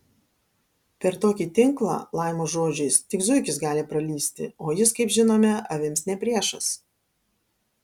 per tokį tinklą laimo žodžiais tik zuikis gali pralįsti o jis kaip žinome avims ne priešas